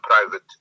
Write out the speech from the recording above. private